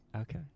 Okay